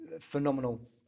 phenomenal